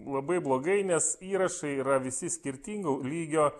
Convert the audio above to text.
labai blogai nes įrašai yra visi skirtingų lygio